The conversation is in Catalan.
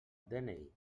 dni